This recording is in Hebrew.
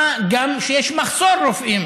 מה גם שיש מחסור ברופאים